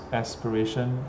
aspiration